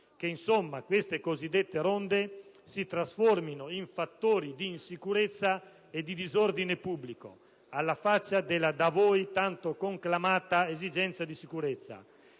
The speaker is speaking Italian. che insomma queste cosiddette ronde si trasformino in fattori di insicurezza e disordine pubblico, alla faccia della da voi tanto conclamata esigenza di sicurezza.